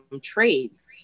trades